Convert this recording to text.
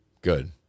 Good